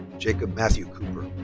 jacob matthew cooper.